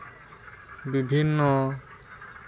ᱵᱤᱵᱷᱤᱱᱱᱚ